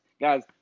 guys